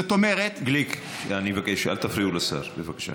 זאת אומרת, גליק, אני מבקש, אל תפריעו לשר, בבקשה.